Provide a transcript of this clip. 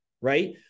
Right